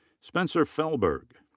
spencer fehlberg.